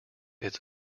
its